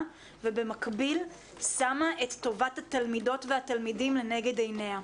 ובמקביל שמה את טובת התלמידות והתלמידים לנגד עיניה.